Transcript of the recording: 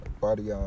Body